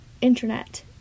internet